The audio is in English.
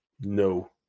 No